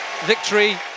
victory